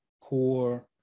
core